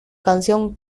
canción